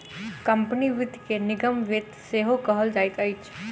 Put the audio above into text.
company वित्त के निगम वित्त सेहो कहल जाइत अछि